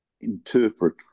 interpret